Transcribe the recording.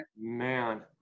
Man